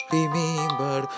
Remember